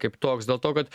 kaip toks dėl to kad